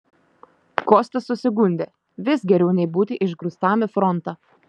kostas susigundė vis geriau nei būti išgrūstam į frontą